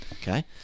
okay